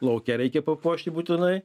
lauke reikia papuošti būtinai